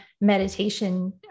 meditation